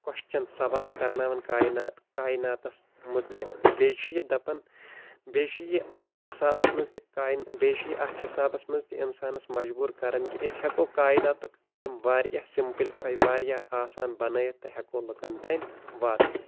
question سوال کرناوان کاینات کایناتس متعلِق تہٕ بییٚہِ چھِ یہِ دَپان بییٚہِ چھِ یہِ اتھ حسابس منٛز تہِ کاے بییٚہِ چھِ یہِ اتھ حسابس منٛز تہِ انسانس مجبور کران کہِ أسۍ ہیٚکو کایناتُک علم واریاہ سمپلفاے واریاہ آسان بنایتھ تہٕ ہیٚکو لُکن تام واتنٲیتھ